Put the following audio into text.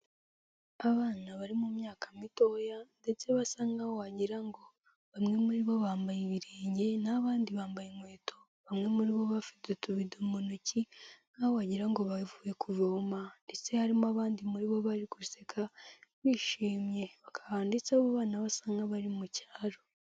Abana bari mu myaka mitoya ndetse basa nkaho wagirango ngo bamwe muri bo bambaye ibirenge n'abandi bambaye inkweto bamwe muri bo bafite utubido mu ntoki aho wagirango ngo bavuye kuvoma ndetse harimo abandi muri bo bari guseka bishimye baka ndetse abo bana basa nk'aba mu cyaro.